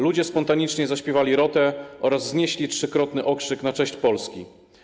Ludzie spontanicznie zaśpiewali „Rotę” oraz wznieśli trzykrotny okrzyk na cześć Polski.